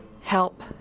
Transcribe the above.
help